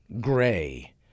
gray